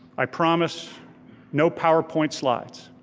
i promise no powerpoint slides.